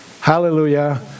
Hallelujah